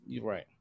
Right